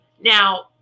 Now